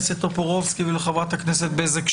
נמצאים איתנו חברי הכנסת בועז טופורובסקי וענבר בזק,